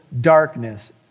darkness